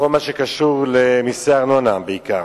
בכל מה שקשור למסי ארנונה בעיקר,